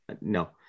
no